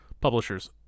publishers